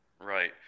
Right